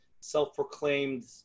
self-proclaimed